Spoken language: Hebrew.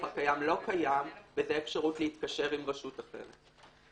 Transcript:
הקיים לא קיים וזה רשות להתקשר עם רשות אחרת.